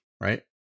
right